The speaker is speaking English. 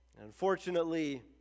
Unfortunately